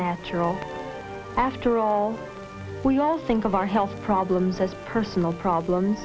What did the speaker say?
natural after all we all think of our health problems as personal problems